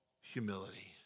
humility